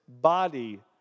body